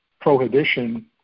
prohibition